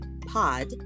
Pod